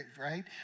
right